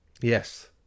Yes